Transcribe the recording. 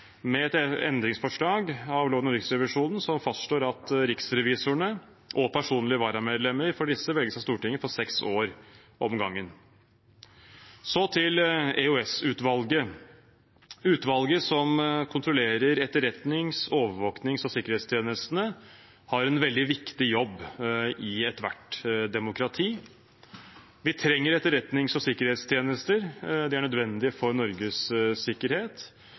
med et endringsforslag til lov om Riksrevisjonen som fastslår at riksrevisorene og personlige varamedlemmer for disse velges av Stortinget for seks år om gangen. Så til EOS-utvalget. Utvalget som kontrollerer etterretnings-, overvåknings- og sikkerhetstjenestene, har en veldig viktig jobb i ethvert demokrati. Vi trenger etterretnings- og sikkerhetstjenester. Det er nødvendig for Norges sikkerhet,